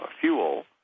fuel